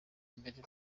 mbere